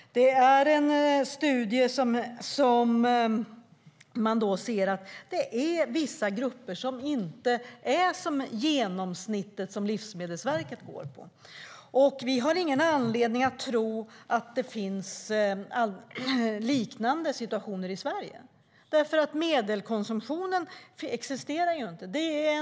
Detta är en studie som visar att vissa grupper inte är som genomsnittet, vilket Livsmedelsverket utgår från. Vi har ingen anledning att tro att det inte finns en liknande situation i Sverige eftersom medelkonsumtionen inte existerar.